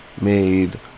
made